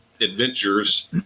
Adventures